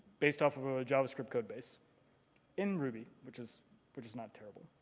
based off of a javascript code base in ruby, which is which is not terrible.